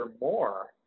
more